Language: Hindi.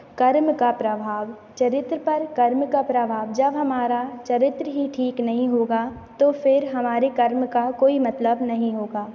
कर्म का प्रभाव चरित्र पर कर्म का प्रभाव जब हमारा चरित्र ही ठीक नहीं होगा तो फिर हमारे कर्म का कोई मतलब नहीं होगा